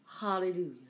Hallelujah